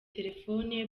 telefone